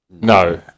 no